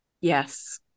Yes